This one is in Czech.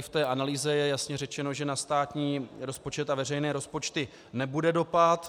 V té analýze je jasně řečeno, že na státní rozpočet a veřejné rozpočty nebude dopad.